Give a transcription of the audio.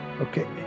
Okay